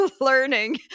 learning